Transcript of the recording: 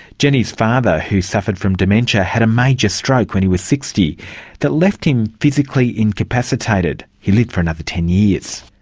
jenny's father, who suffered from dementia, had a major stroke when he was sixty that left him physically incapacitated. he lived for another ten years.